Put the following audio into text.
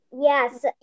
Yes